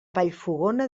vallfogona